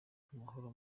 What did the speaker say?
amahoro